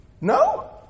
No